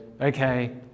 okay